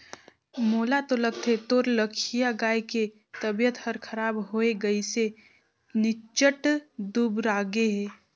मोला तो लगथे तोर लखिया गाय के तबियत हर खराब होये गइसे निच्च्ट दुबरागे हे